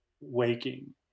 waking